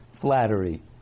flattery